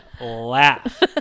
laugh